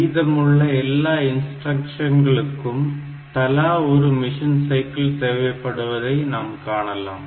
மீதமுள்ள எல்லா இன்ஸ்டிரக்ஷன்களுக்கும் தலா ஒரு மிஷின் சைக்கிள் தேவைப்படுவதை நாம் காணலாம்